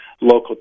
local